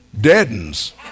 deadens